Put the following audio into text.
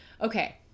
Okay